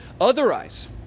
Otherwise